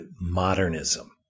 modernism